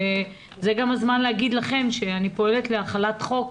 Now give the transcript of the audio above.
וזה גם הזמן להגיד לכם שאני פועלת להחלת חוק